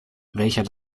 welcher